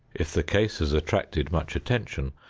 if the case has attracted much attention,